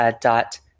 dot